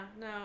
no